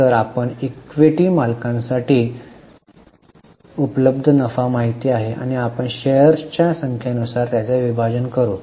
तर आपल्याला इक्विटी मालकांसाठी उपलब्ध नफा माहित आहे आणि आपण शेअर्सच्या संख्येनुसार त्याचे विभाजन करू